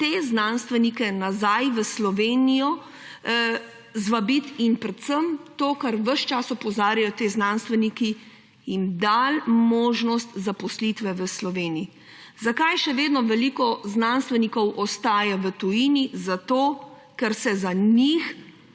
te znanstvenike nazaj v Slovenijo zvabiti, in predvsem, na kar ves čas opozarjajo ti znanstveniki, da jim bomo dali možnost zaposlitve v Sloveniji. Zakaj še vedno veliko znanstvenikov ostaja v tujini? Zato, ker se za njih